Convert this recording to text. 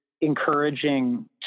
encouraging